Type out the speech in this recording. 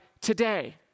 today